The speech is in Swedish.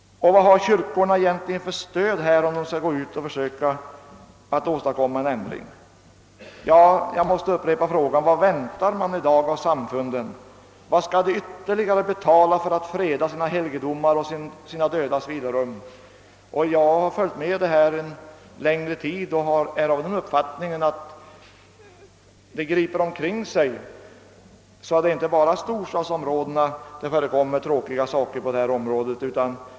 Vad har kyrkorna härvidlag för stöd om de skall gå ut för att försöka åstadkomma en ändring? Jag måste upprepa frågan: Vad väntar man i dag av samfunden? Vad skall de ytterligare betala för att freda sina helgedomar och sina dödas vilorum? Jag har följt förhållandena under en längre tid och är av den uppfattningen att denna tendens till ofredande griper omkring sig, så att det inte bara är inom storstadsområdena sådana saker förekommer.